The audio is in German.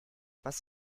was